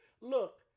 Look